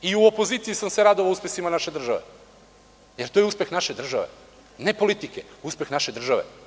I u opoziciji sam se radovao uspesima naše države, jer to je uspeh naše države, ne politike, uspeh naše države.